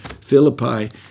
Philippi